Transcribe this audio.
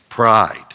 Pride